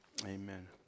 Amen